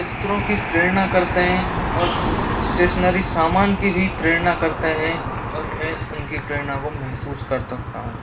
चित्रों की प्रेरणा करते हैं और इस्टेशनरी सामान की भी प्रेरणा करते हैं और मैं उनकी प्रेरणा को महसूस कर सकता हूँ